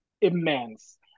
immense